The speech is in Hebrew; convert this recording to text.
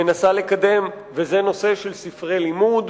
מנסה לקדם, וזה נושא ספרי לימוד